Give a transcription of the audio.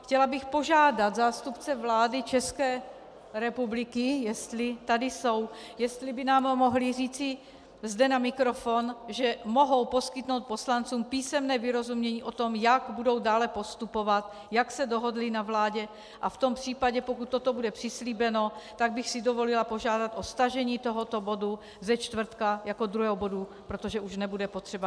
Chtěla bych požádat zástupce vlády ČR, jestli tady jsou, jestli by nám mohli říci zde na mikrofon, že mohou poskytnout poslancům písemné vyrozumění o tom, jak budou dále postupovat, jak se dohodli na vládě, a v tom případě, pokud toto bude přislíbeno, dovolila bych si požádat o stažení tohoto bodu ze čtvrtka jako druhého bodu, protože už nebude potřeba.